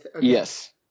yes